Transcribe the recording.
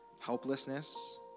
helplessness